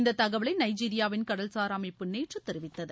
இந்த தகவலை நைஜீரியாவின் கடல்சார் அமைப்பு நேற்று தெரிவித்தது